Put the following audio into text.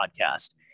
podcast